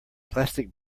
plastic